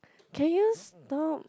can you stop